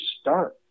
start